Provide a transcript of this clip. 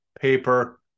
paper